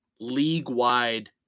league-wide